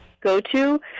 go-to